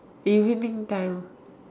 evening time